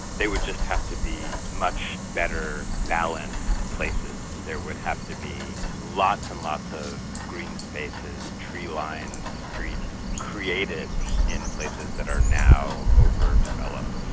they would just have to be much better balanced places. there would have to be lots and lots of green spaces, tree-lined streets created in places that are now overdeveloped.